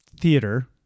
theater